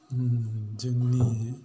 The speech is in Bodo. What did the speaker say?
जोंनि